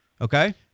Okay